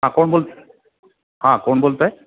हां कोण बोल हां कोण बोलतं आहे